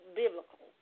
biblical